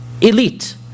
elite